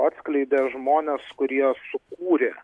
atskleidė žmonės kurie sukūrė